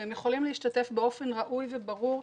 והם יכולים להשתתף באופן ראוי וברור.